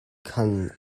khan